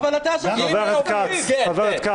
אבל אתה ישבת בוועדת הכספים.